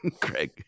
Craig